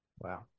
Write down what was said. Wow